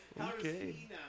Okay